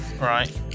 right